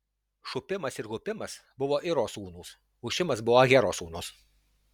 šupimas ir hupimas buvo iro sūnūs hušimas buvo ahero sūnus